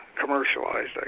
commercialized